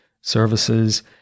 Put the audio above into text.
services